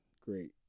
great